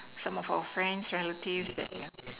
some of our friends relatives that